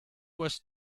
was